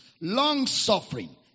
long-suffering